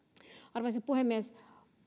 arvoisa puhemies